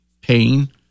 pain